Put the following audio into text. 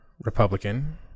Republican